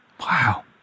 Wow